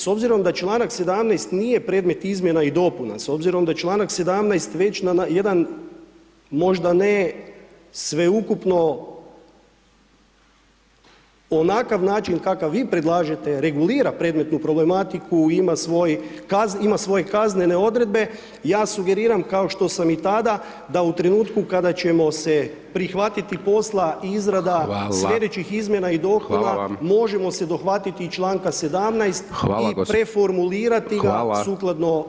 S obzirom da čl. 17 nije predmet izmjena i dopuna, s obzirom da čl. 17 već na jedan, možda ne sveukupno onakav način kakav vi predlažete regulira predmetnu problematiku, ima svoje kaznene odredbe, ja sugeriram, kao što sam i tada, da u trenutku kada ćemo se prihvatiti posla izrada [[Upadica: Hvala.]] sljedećih izmjena i dopuna [[Upadica: Hvala vam.]] možemo se dohvatiti i čl. 17 i [[Upadica: Hvala.]] preformulirati sukladno